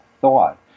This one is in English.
thought